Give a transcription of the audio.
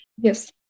yes